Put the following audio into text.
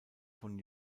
von